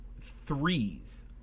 threes